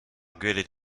gwelet